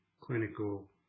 clinical